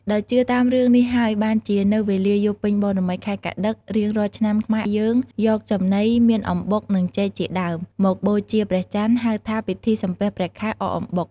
ដោយជឿតាមរឿងនេះហើយ បានជានៅវេលាយប់ពេញបូរមី ខែកត្តិក រៀងរាល់ឆ្នាំខ្មែរយើងយកចំណី មានអំបុក និងចេកជាដើម មកបូជាព្រះចន្ទ ហៅថាពិធីសំពះព្រះខែ អកអំបុក